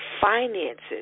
finances